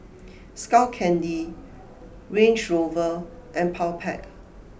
Skull Candy Range Rover and Powerpac